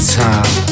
time